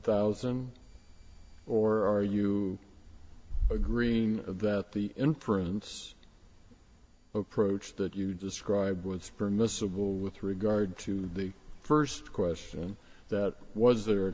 thousand or are you agreeing that the inference approach that you described with permissible with regard to the first question that was there a